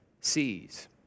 sees